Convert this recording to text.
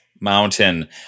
Mountain